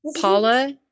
Paula